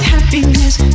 Happiness